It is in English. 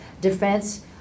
defense